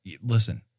listen